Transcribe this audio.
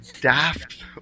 daft